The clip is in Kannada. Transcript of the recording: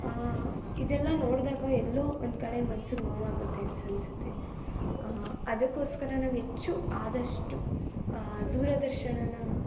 ಇದೆಲ್ಲ ನೋಡಿದಾಗ ಎಲ್ಲೋ ಒಂದು ಕಡೆ ಮನ್ಸಿಗೆ ನೋವಾಗುತ್ತೆ ಅನ್ಸಿ ಅನ್ನಿಸುತ್ತೆ ಅದಕ್ಕೋಸ್ಕರ ನಾವು ಹೆಚ್ಚು ಆದಷ್ಟು ದೂರದರ್ಶನನ